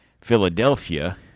Philadelphia